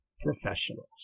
professionals